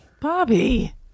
Bobby